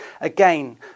again